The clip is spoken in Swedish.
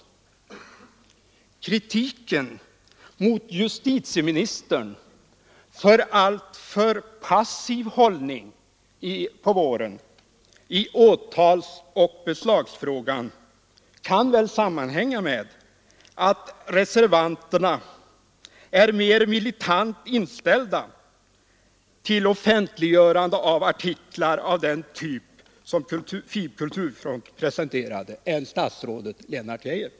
Kritiken mot justitieministern för alltför passiv hållning på våren i åtalsoch beslagsfrågan kan sammanhänga med att reservanterna är mer militant inställda till offentliggörande av artiklar av den typ FiB/Kulturfront presenterade än statsrådet Lennart Geijer.